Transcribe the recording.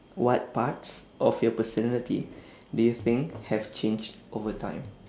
what parts of your personality do you think have changed over time